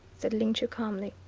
said ling chu calmly.